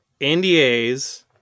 NDAs